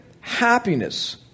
happiness